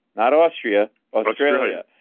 not austria, australia.